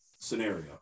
scenario